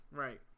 right